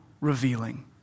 revealing